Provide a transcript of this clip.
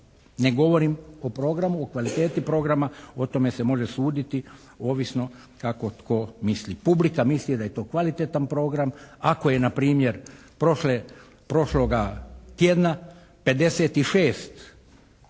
Ne govorim o programu, o kvaliteti programa, o tome se može suditi ovisno kako tko misli. Publika misli da je to kvalitetan program. Ako je na primjer prošle, prošloga